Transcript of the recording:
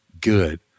good